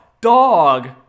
Dog